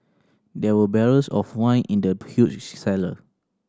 there were barrels of wine in the huge cellar